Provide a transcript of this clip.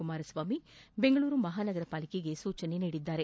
ಕುಮಾರಸ್ವಾಮಿ ಬೆಂಗಳೂರು ಮಹಾನಗರ ಪಾಲಿಕೆಗೆ ಸೂಚಿಸಿದ್ದಾರೆ